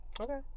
Okay